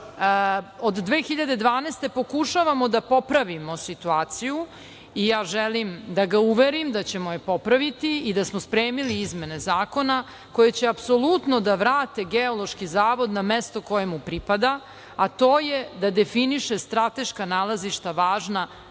od 2012. godine pokušavamo da popravimo situaciju. I ja želim da ga uverim da ćemo je popraviti i da smo spremili izmene zakona koje će apsolutno da vrate Geološki zavod na mesto koje mu pripada, a to je da definiše strateška nalazišta važna